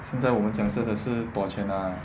现在我们讲真的是 dua 钱 ah